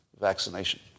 vaccination